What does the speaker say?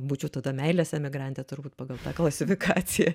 būčiau tada meilės emigrantė turbūt pagal tą klasifikaciją